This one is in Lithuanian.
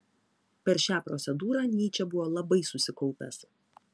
per šią procedūrą nyčė buvo labai susikaupęs